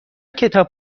کتاب